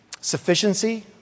sufficiency